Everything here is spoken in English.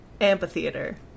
amphitheater